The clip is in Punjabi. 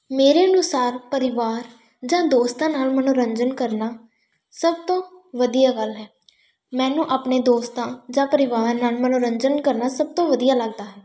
ਮੇਰੇ ਅਨੁਸਾਰ ਪਰਿਵਾਰ ਜਾਂ ਦੋਸਤਾਂ ਨਾਲ ਮਨੋਰੰਜਨ ਕਰਨਾ ਸਭ ਤੋਂ ਵਧੀਆ ਗੱਲ ਹੈ ਮੈਨੂੰ ਆਪਣੇ ਦੋਸਤਾਂ ਜਾਂ ਪਰਿਵਾਰ ਨਾਲ ਮਨੋਰੰਜਨ ਕਰਨਾ ਸਭ ਤੋਂ ਵਧੀਆ ਲੱਗਦਾ ਹੈ